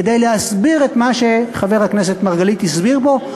כדי להסביר את מה שחבר הכנסת מרגלית הסביר פה,